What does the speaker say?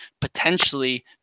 potentially